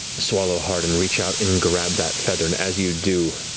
swallow hard, and reach out and grab that feather, and as you do,